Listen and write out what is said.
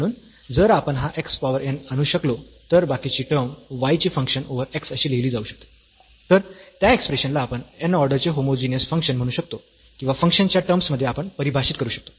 म्हणून जर आपण हा x पॉवर n आणू शकलो तर बाकीची टर्म y चे फंक्शन ओव्हर x अशी लिहली जाऊ शकते तर त्या एक्सप्रेशन ला आपण n ऑर्डर चे होमोजीनियस फंक्शन म्हणू शकतो किंवा फंक्शन्सच्या टर्म्स मध्ये आपण परिभाषित करू शकतो